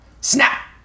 Snap